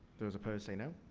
those opposed, say, no.